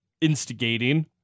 instigating